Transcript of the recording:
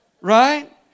Right